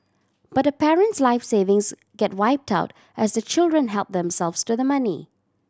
but the parent's life savings get wiped out as the children help themselves to the money